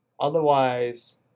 Otherwise